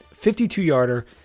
52-yarder